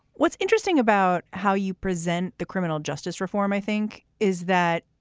what's interesting about how you present the criminal justice reform, i think, is that